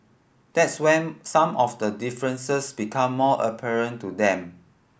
that's when some of the differences become more apparent to them